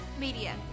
Media